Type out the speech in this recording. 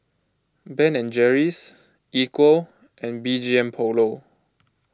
Ben and Jerry's Equal and B G M Polo